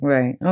Right